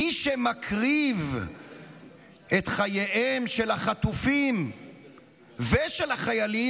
מי שמקריב את חייהם של החטופים ושל החיילים